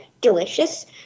delicious